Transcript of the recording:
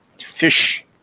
fish